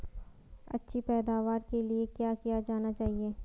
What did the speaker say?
अच्छी पैदावार के लिए क्या किया जाना चाहिए?